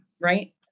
right